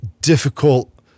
difficult